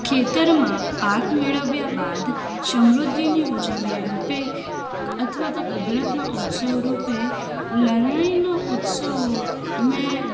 ખેતરમાં પાક મેળવ્યા બાદ સમૃદ્ધિની ઉજવણી રૂપે અથવા તો કુદરતના ઉત્સવરૂપે લણણીનો ઉત્સવ મેં